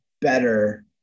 better